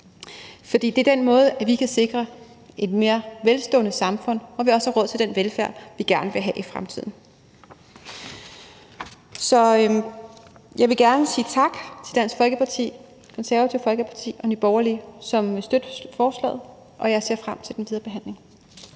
for det er den måde, at vi kan sikre et mere velstående samfund på, hvor vi også har råd til den velfærd, vi gerne vil have i fremtiden. Så jeg vil gerne sige tak til Dansk Folkeparti, Det Konservative Folkeparti og Nye Borgerlige, som vil støtte forslaget, og jeg ser frem til den videre behandling.